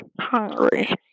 hungry